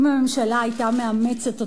אם הממשלה היתה מאמצת אותם,